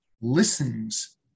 listens